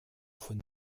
von